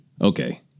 Okay